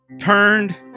turned